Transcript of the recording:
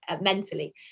mentally